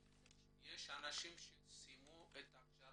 מרכז הסיוע שלי בנגב שהדגל